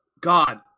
God